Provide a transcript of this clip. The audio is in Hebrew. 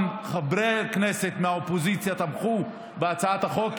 גם חברי כנסת מהאופוזיציה תמכו בהצעת החוק,